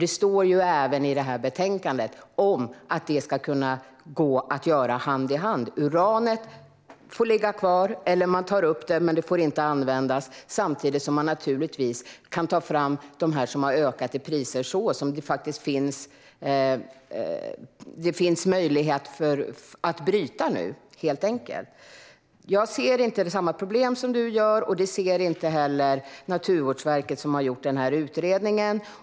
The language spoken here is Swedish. Det står även i detta betänkande att dessa saker ska gå att göra hand i hand, alltså att uranet tas upp men inte får användas samtidigt som man naturligtvis kan ta fram de metaller som har ökat i pris och som det nu finns möjlighet att bryta. Jag ser inte samma problem som du ser. Det ser inte heller Naturvårdsverket som har gjort denna utredning.